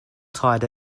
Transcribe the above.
tide